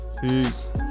Peace